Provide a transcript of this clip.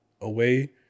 away